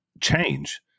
change